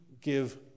give